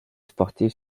sportive